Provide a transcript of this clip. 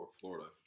Florida